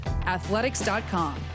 athletics.com